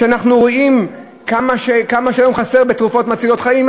כשאנחנו רואים היום כמה חסר בתרופות מצילות חיים.